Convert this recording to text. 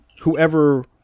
whoever